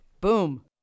Boom